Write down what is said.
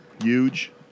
Huge